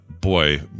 boy